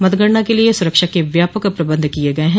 मतगणना के लिए सुरक्षा के व्यापक प्रबंध किये गये हैं